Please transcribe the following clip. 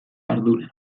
ardura